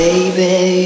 Baby